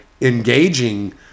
engaging